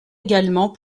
également